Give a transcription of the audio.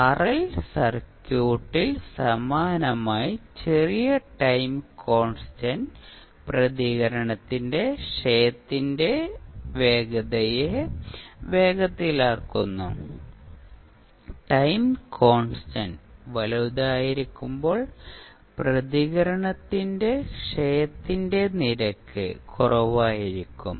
RL സർക്യൂട്ടിൽ സമാനമായി ചെറിയ ടൈം കോൺസ്റ്റന്റ് പ്രതികരണത്തിന്റെ ക്ഷയത്തിന്റെ വേഗതയെ വേഗത്തിലാക്കുന്നു ടൈം കോൺസ്റ്റന്റ് വലുതായിരിക്കുമ്പോൾ പ്രതികരണത്തിന്റെ ക്ഷയത്തിന്റെ നിരക്ക് കുറവായിരിക്കും